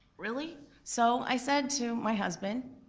really? so i said to my husband,